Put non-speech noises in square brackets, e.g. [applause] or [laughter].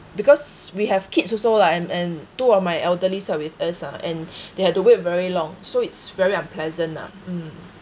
because we have kids also lah and and two of my elderlies are with us ah and [breath] they had to wait very long so it's very unpleasant lah mm